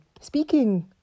speaking